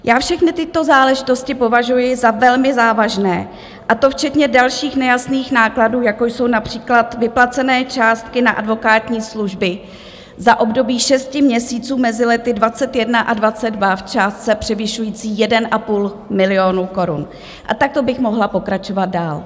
Já všechny tyto záležitosti považuji za velmi závažné, a to včetně dalších nejasných nákladů, jako jsou například vyplacené částky na advokátní služby za období šesti měsíců mezi lety 2021 a 2022 v částce převyšující 1,5 milionu korun, a takto bych mohla pokračovat dál.